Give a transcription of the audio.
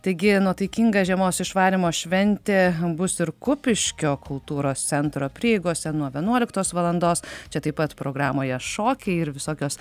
taigi nuotaikinga žiemos išvarymo šventė bus ir kupiškio kultūros centro prieigose nuo vienuoliktos valandos čia taip pat programoje šokiai ir visokios